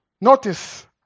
Notice